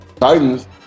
Titans